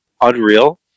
unreal